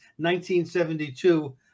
1972